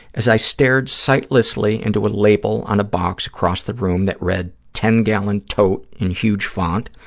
as i stared sightlessly into a label on a box across the room that read, ten gallon tote, in huge font,